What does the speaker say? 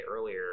earlier